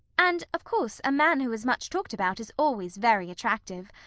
and of course a man who is much talked about is always very attractive.